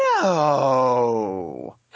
no